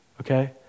Okay